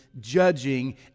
judging